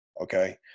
Okay